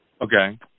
Okay